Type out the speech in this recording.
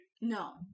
no